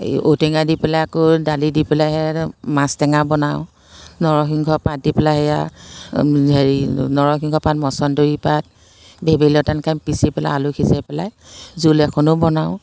এই ঔটেঙা দি পেলাই আকৌ দালি দি পেলাই মাছ টেঙা বনাওঁ নৰসিংহ পাত দি পেলাই সেয়া হেৰি নৰসিংহ পাত মচন্দৰী পাত ভেবেলী লতা এনেকৈ পিচি পেলাই আলু সিজাই পেলাই জোল এখনো বনাওঁ